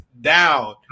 down